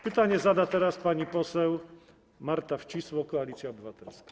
Pytanie zada teraz pani poseł Marta Wcisło, Koalicja Obywatelska.